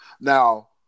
Now